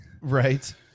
Right